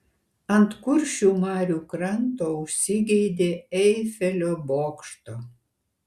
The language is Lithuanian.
ant kuršių marių kranto užsigeidė eifelio bokšto